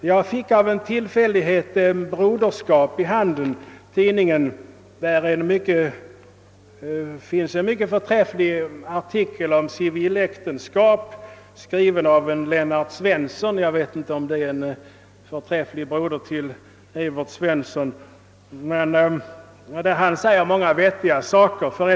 Jag fick av en tillfällighet nr 3 av tidningen Broderskap i min hand. I denna finns en mycket förträfflig artikel om civiläktenskap, skriven av en Lennart Svensson — jag vet inte om han är en förträfflig broder till Evert Svensson. Lennart Svensson säger många vettiga saker.